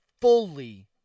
fully